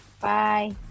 Bye